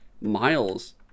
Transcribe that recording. Miles